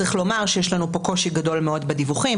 צריך לומר שיש לנו פה קושי גדול מאוד בדיווחים,